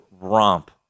romp